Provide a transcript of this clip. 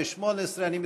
אנחנו